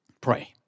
pray